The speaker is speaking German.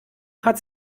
hat